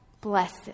blessed